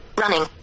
running